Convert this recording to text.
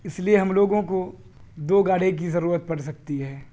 اس لیے ہم لوگوں کو دو گاڑی کی ضرورت پڑ سکتی ہے